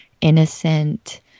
innocent